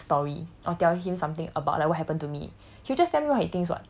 when I were to tell him a story I'll tell him something about like what happened to me